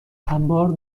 انبار